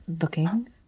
looking